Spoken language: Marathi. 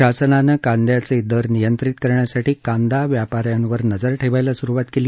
शासनानं कांद्याचे दर नियंत्रित करण्यासाठी कांदा व्यापाऱ्यांवर नजर ठेवायला सुरूवात केली